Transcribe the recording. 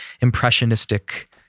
impressionistic